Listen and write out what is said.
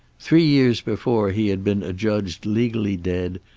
three years before he had been adjudged legally dead,